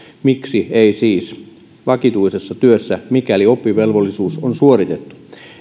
miksi ei siis vakituisessa työssä mikäli oppivelvollisuus on suoritettu